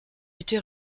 était